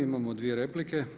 Imamo dvije replike.